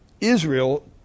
Israel